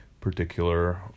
particular